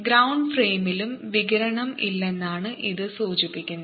ground ഫ്രെയിമിലും വികിരണം ഇല്ലെന്നാണ് ഇത് സൂചിപ്പിക്കുന്നത്